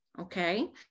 Okay